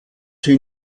sie